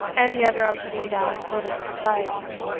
and the other on putting down political societies.